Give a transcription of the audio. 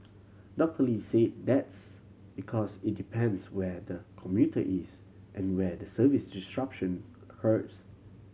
Doctor Lee say that's because it depends where the commuter is and where the service disruption occurs